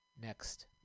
next